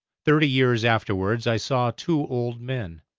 thirty years afterwards i saw two old men,